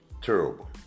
terrible